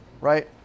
right